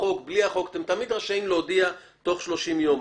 אתם תמיד רשאים להודיע תוך 30 יום.